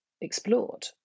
explored